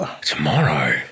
Tomorrow